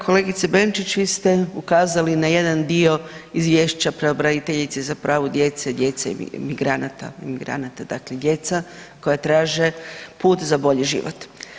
Kolegice Benčić vi ste ukazali na jedan dio izvješća pravobraniteljice za pravo djece i djece migranata, migranata dakle djeca koja traže put za bolji život.